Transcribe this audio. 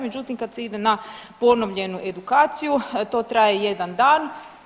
Međutim, kada se ide na ponovljenu edukaciju to traje jedan dan.